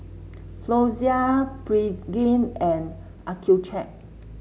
Floxia Pregain and Accucheck